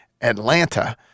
Atlanta